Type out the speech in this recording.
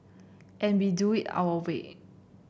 and we do it our way